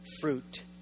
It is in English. fruit